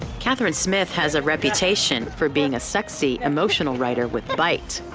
kathryn smith has a reputation for being a sexy, emotional writer with bite.